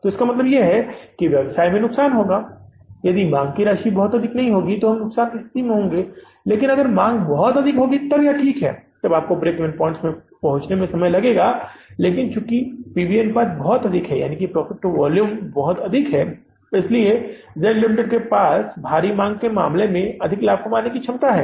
तो इसका मतलब है कि व्यापार नुकसान में होगा यदि मांग की राशि बहुत अधिक नहीं है तो हम नुकसान की स्थिति में हैं लेकिन अगर मांग बहुत अधिक है तब यह ठीक है कि आपको ब्रेक इवन पॉइंट्स तक पहुंचने में समय लग रहा है लेकिन चूंकि पी वी अनुपात बहुत अधिक है प्रॉफिट टू वॉल्यूम बहुत अधिक है इसलिए जेड लिमिटेड के पास भारी मांग के मामले में अधिक लाभ कमाने की एक बड़ी क्षमता है